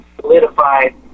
solidified